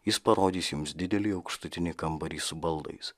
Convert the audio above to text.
jis parodys jums didelį aukštutinį kambarį su baldais